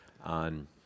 on